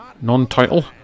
Non-title